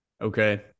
Okay